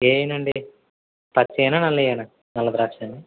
ఏవి ఇవ్వనండి పచ్చవెయనా నల్లవెయనా నల్ల ద్రాక్షానా